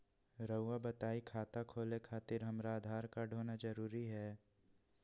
रउआ बताई खाता खोले खातिर हमरा आधार कार्ड होना जरूरी है?